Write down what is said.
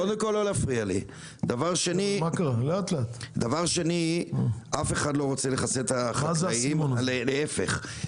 אף אחד לא רוצה לחסל את החקלאים, להיפך.